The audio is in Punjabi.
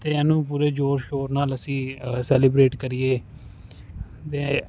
ਅਤੇ ਉਹਨੂੰ ਪੂਰੇ ਜ਼ੋਰ ਸ਼ੋਰ ਨਾਲ ਅਸੀਂ ਸੈਲੀਬ੍ਰੇਟ ਕਰੀਏ ਅਤੇ